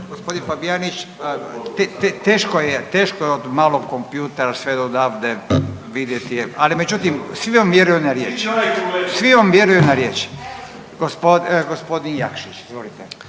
Gospodin Fabijanić teško je od malog kompjutera sve do davde vidjeti, ali međutim svi vam vjeruju na riječ, svi vam vjeruju na riječ. Gospodin Jakšić, izvolite.